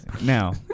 Now